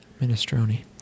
Minestrone